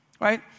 Right